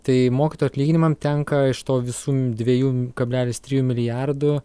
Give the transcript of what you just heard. tai mokytojų atlyginimam tenka iš to visų dviejų kablelis trijų milijardų